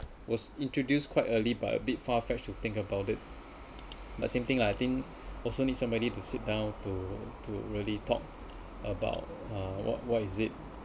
was introduced quite early by a bit far fetched to think about it but same thing lah I think also need somebody to sit down to to to really talk about uh what what is it